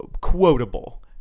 Quotable